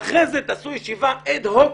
ואחרי כן תעשו ישיבה אד-הוקית